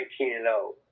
19-0